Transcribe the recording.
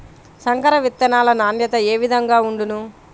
సంకర విత్తనాల నాణ్యత ఏ విధముగా ఉండును?